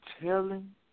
telling